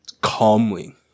calmly